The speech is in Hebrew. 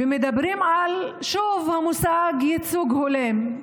ושוב מדברים על המושג ייצוג הולם.